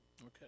Okay